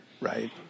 right